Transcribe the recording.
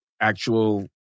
actual